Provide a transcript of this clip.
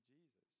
Jesus